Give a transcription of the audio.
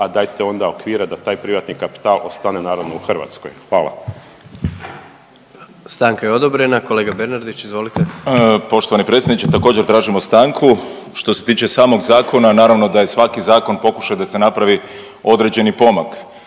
a dajte onda okvire da taj privatni kapital ostane, naravno, u Hrvatskoj. Hvala. **Jandroković, Gordan (HDZ)** Stanka je odobrena. Kolega Bernardić, izvolite. **Bernardić, Davor (Nezavisni)** Poštovani predsjedniče, također, tražimo stanku. Što se tiče samog Zakona, naravno da je svaki zakon pokušaj da se napravi određeni pomak,